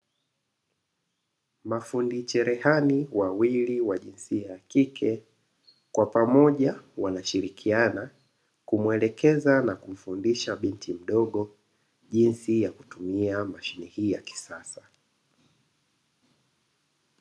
Mafundi cherehani wawili wa jinsia ya kike kwa pamoja wanashirikiana kumuelekeza na kumfundisha binti mdogo jinsi ya kutumia mashine hii ya kisasa.